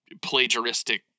plagiaristic